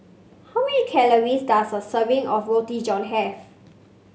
how many calories does a serving of Roti John have